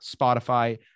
Spotify